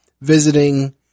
visiting